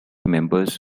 members